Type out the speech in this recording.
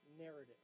narrative